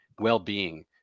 well-being